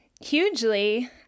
Hugely